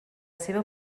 seva